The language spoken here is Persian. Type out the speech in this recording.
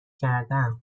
کردم